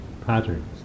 patterns